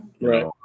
right